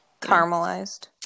Caramelized